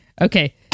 Okay